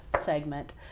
segment